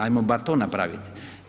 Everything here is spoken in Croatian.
Ajmo bar to napraviti.